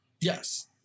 Yes